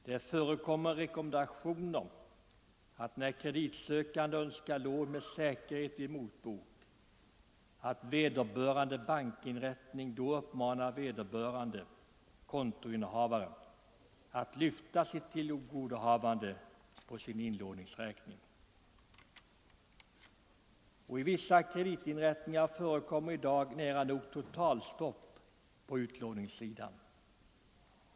Det förekommer, när kreditsökande önskar lån med säkerhet i motbok, att bankinrättningen då uppmanar vederbörande kontoinnehavare att lyfta sitt tillgodohavande på sin inlåningsräkning. I vissa kreditinrättningar förekommer i dag nära nog totalstopp på utlåningssidan.